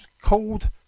called